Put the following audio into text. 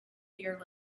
beer